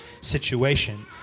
situation